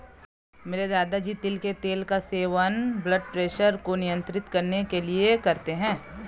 मेरे दादाजी तिल के तेल का सेवन ब्लड प्रेशर को नियंत्रित करने के लिए करते हैं